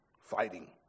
fighting